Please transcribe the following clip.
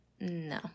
No